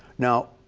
now